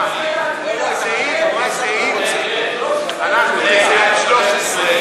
לסעיף 13,